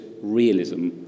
realism